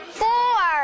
four